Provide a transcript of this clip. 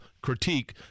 critique